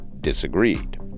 disagreed